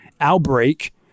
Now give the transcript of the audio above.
outbreak